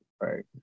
Right